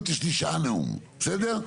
הבעייתיות, יש לי שעה נאום, אוקיי?